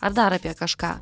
ar dar apie kažką